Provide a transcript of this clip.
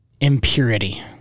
impurity